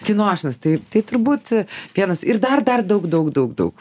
kinošnas tai tai turbūt vienas ir dar dar daug daug daug daug